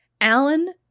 Alan